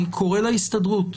אני קורא להסתדרות,